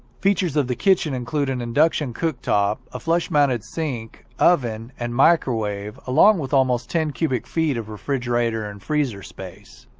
features of the kitchen include an induction cooktop, a flush-mounted sink, oven, and microwave along with almost ten cubic feet of refrigerator and freezer space.